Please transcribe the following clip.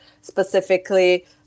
specifically